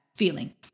feeling